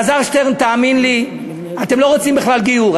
אלעזר שטרן, תאמין לי, אתם לא רוצים בכלל גיור.